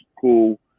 cool